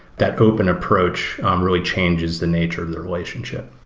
that open approach really changes the nature of the relationship.